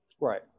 Right